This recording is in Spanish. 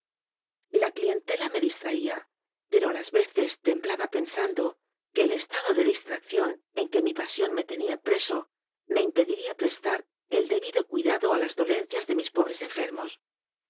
la clientela me distraía pero a las veces temblaba pensando que el estado de distracción en que mi pasión me tenía preso me impidiera prestar el debido cuidado a las dolencias de mis pobres enfermos